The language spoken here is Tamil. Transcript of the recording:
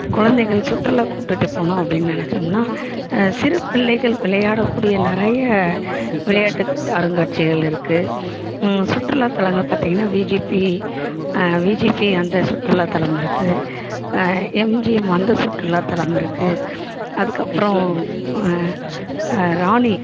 குழந்தைகள் சுற்றுலா கூட்டுகிட்டு போகணும் அப்படின்னு நினைச்சோம்னா சிறுப்பிள்ளைகள் விளையாடக்கூடிய நிறைய விளையாட்டு அருங்காட்சிகள் இருக்கு சுற்றுலாத்தலங்கள் பார்த்திங்கனா விஜிபி விஜிபி அந்த சுற்றுலாத்தலம் இருக்கு எம்ஜிஎம் அந்த சுற்றுலாத்தலம் இருக்கு அதற்கப்பறம் ராணி